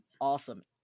Awesome